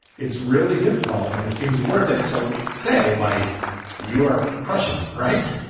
it's really difficult and it seems worth it to say, like you are crushing it, right?